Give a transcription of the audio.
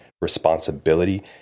responsibility